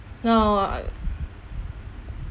no